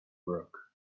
broke